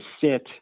sit